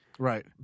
Right